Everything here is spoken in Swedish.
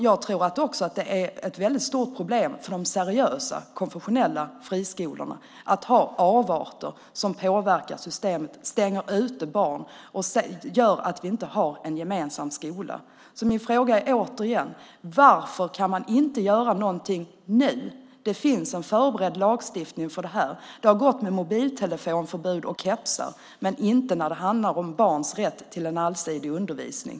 Jag tror också att det är ett väldigt stort problem för de seriösa konfessionella friskolorna att ha avarter som påverkar systemet, stänger ute barn och gör att vi inte har en gemensam skola. Min fråga är återigen: Varför kan man inte göra någonting nu? Det finns en förberedd lagstiftning för detta. Det har gått med förbud mot mobiltelefoner och kepsar, men det går inte när det handlar om barns rätt till en allsidig undervisning.